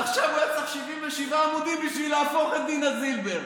ועכשיו הוא היה צריך 77 עמודים בשביל להפוך את דינה זילבר.